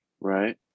Right